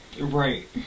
Right